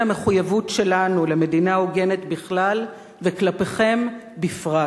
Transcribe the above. המחויבות שלנו למדינה הוגנת בכלל וכלפיכם בפרט.